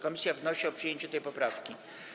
Komisja wnosi o przyjęcie tej poprawki.